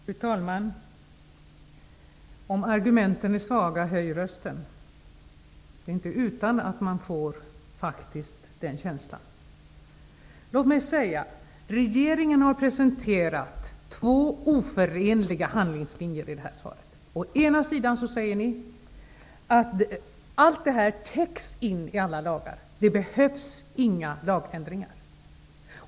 Fru talman! Om argumenten är svaga, höj rösten! Det är inte utan att man faktiskt gör den associationen. Låt mig säga att regeringen i sitt svar har presenterat två oförenliga handlingslinjer. Å ena sidan säger ni att allt det här täcks av olika lagar och att det inte behövs några lagändringar.